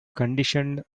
conditioned